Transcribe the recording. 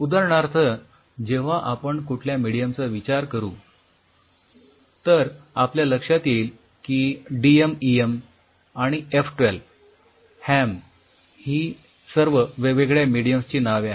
उदाहरणार्थ जेव्हा आपण कुठल्या मेडीयम चा विचार करू तर आपल्या लक्षात येईल की डीएमइएम आणि एफ १२ हॅम ही सर्व वेगवेगळ्या मेडियम्स ची नावे आहेत